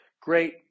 great